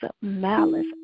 malice